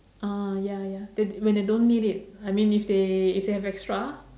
orh ya ya they when they don't need it I mean if they if they have extra